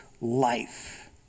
life